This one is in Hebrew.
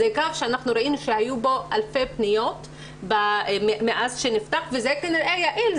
זה קו שאנחנו ראינו שהיו בו אלפי פניות מאז שנפתח וזה כנראה יעיל,